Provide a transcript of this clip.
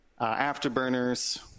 Afterburners